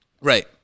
right